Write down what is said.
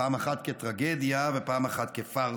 פעם אחת כטרגדיה ופעם אחת כפארסה.